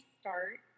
start